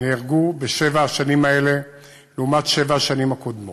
נהרגו בשבע השנים האלה לעומת שבע השנים הקודמות.